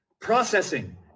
processing